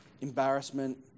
embarrassment